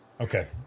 Okay